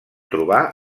trobar